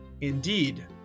Indeed